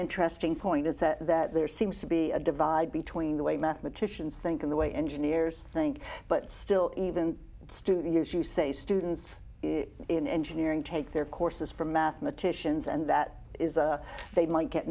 interesting point is that that there seems to be a divide between the way mathematicians think in the way engineers think but still even studious you say students in engineering take their courses for mathematicians and that is a they might get